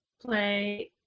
Play